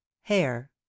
Hair